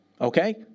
Okay